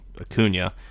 Acuna